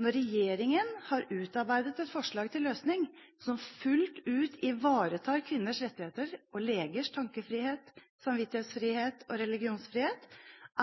Når regjeringen har utarbeidet et forslag til løsning som fullt ut ivaretar kvinners rettigheter og legers tankefrihet, samvittighetsfrihet og religionsfrihet,